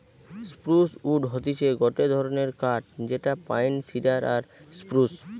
spruce wood হতিছে গটে ধরণের কাঠ যেটা পাইন, সিডার আর স্প্রুস